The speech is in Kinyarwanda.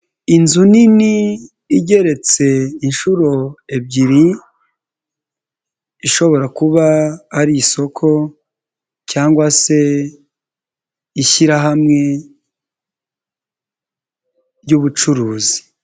Inzu nini igeretse inshuro ebyiri, ishobora kuba ari isoko cyangwa se ishyirahamwe ry'ubucuruzi.